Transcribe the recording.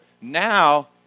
now